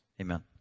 Amen